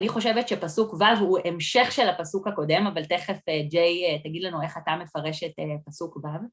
אני חושבת שפסוק ו׳ הוא המשך של הפסוק הקודם, אבל תכף ג'יי תגיד לנו איך אתה מפרש את פסוק ו׳